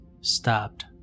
stopped